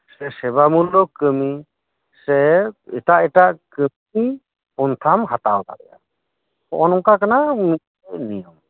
ᱥᱮ ᱥᱮᱵᱟᱢᱩᱞᱤᱠ ᱠᱟᱹᱢᱤ ᱥᱮ ᱮᱴᱟᱜ ᱮᱴᱟᱜ ᱠᱟᱹᱢᱤ ᱯᱚᱱᱛᱷᱟᱢ ᱦᱟᱛᱟᱣ ᱫᱟᱲᱮᱭᱟᱜ ᱟ ᱱᱚᱝᱠᱟ ᱠᱟᱱᱟ ᱱᱤᱭᱚᱢ